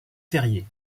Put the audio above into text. ferrier